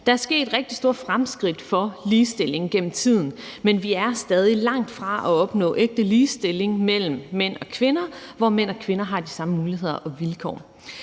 Der er sket rigtig store fremskridt for ligestillingen gennem tiden, men vi er stadig langt fra at opnå ægte ligestilling mellem mænd og kvinder, hvor mænd og kvinder har de samme muligheder og vilkår.